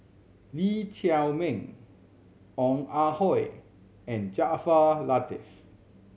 Lee Chiaw Meng Ong Ah Hoi and Jaafar Latiff